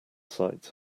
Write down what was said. sites